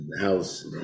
house